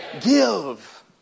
Give